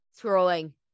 scrolling